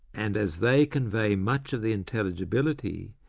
and as they convey much of the intelligibility,